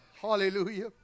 hallelujah